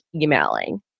emailing